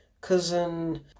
Cousin